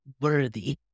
worthy